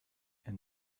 and